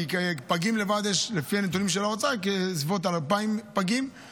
כי פגים לבד יש לפי הנתונים של האוצר בסביבות 2,000 בשנה,